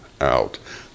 out